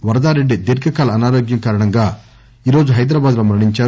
వరదారెడ్డి దీర్ఘకాల అనారోగ్యం కారణంగా ఈ రోజు హైదరాబాద్లో మరణించారు